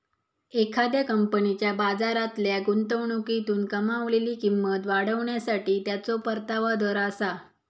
एखाद्या कंपनीच्या बाजारातल्या गुंतवणुकीतून कमावलेली किंमत वाढवण्यासाठी त्याचो परतावा दर आसा